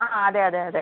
ആ അതെ അതെ അതെ